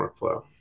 Workflow